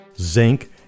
zinc